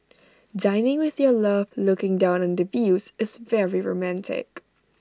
dining with your love looking down on the views is very romantic